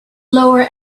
lower